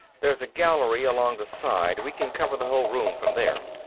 there's a gallery along the side we can cover the whole room from there.